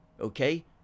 okay